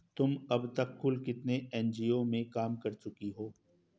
तुम अब तक कुल कितने एन.जी.ओ में काम कर चुकी हो?